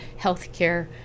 healthcare